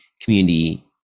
community